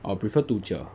I'll prefer two cher lah